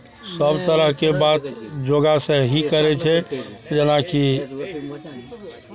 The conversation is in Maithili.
सभ तरहके बात योगासँ ही करै छै जेनाकि